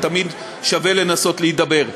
אבל תמיד שווה לנסות להידבר.